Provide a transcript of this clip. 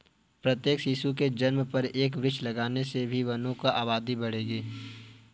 प्रत्येक शिशु के जन्म पर एक वृक्ष लगाने से भी वनों की आबादी बढ़ेगी